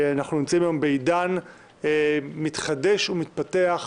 אנחנו נמצאים היום בעידן מתחדש ומתפתח,